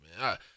man